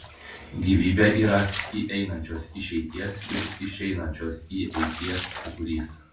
gyvybė yra įeinančios išeities ir išeinančios įeities sūkurys